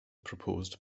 proposed